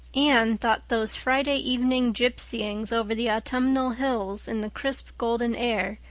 anne thought those friday evening gypsyings over the autumnal hills in the crisp golden air,